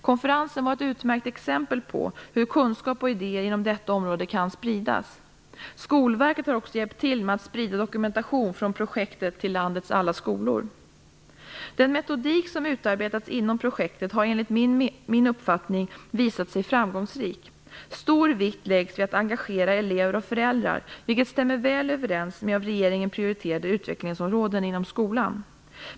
Konferensen var ett utmärkt exempel på hur kunskap och idéer inom detta område kan spridas. Skolverket har också hjälpt till med att sprida dokumentation från projektet till landets alla skolor. Den metodik som utarbetats inom projektet har enligt min uppfattning visat sig framgångsrik. Stor vikt läggs vid att engagera elever och föräldrar, vilket stämmer väl överens med av regeringen prioriterade utvecklingsområden inom skolan.